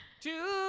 Two